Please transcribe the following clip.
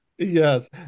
Yes